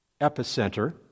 epicenter